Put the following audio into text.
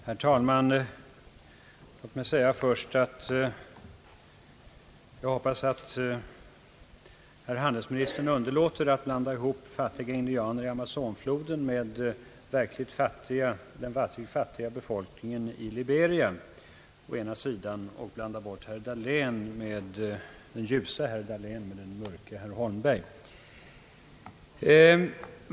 Herr talman! Låt mig först säga att jag hoppas att herr handelsministern underlåter att blanda ihop å ena sidan fattiga indianer vid Amazonfloden med den verkligt fattiga befolkningen i Liberia och å andra sidan den ljuse herr Dahlén med den mörke herr Holmberg.